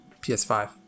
PS5